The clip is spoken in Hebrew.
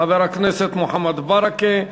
חבר הכנסת מוחמד ברכה,